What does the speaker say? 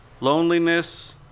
loneliness